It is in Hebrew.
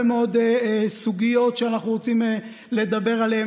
מאוד סוגיות שאנחנו רוצים לדבר עליהן,